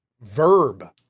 verb